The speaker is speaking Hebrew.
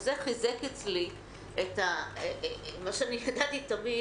וזה חיזק אצלי את מה שידעתי תמיד